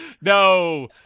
No